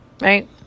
right